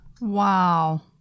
wow